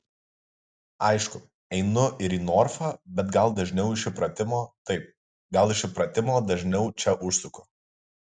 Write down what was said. aišku einu ir į norfą bet gal dažniau iš įpratimo taip gal iš įpratimo dažniau čia užsuku